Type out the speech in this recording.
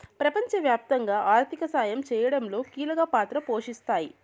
ప్రపంచవ్యాప్తంగా ఆర్థిక సాయం చేయడంలో కీలక పాత్ర పోషిస్తాయి